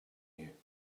you